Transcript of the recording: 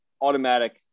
automatic